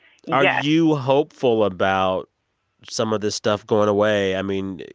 are you hopeful about some of this stuff going away? i mean,